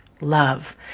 love